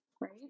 right